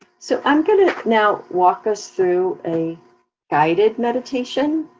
so i'm gonna now walk us through a guided meditation.